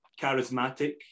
charismatic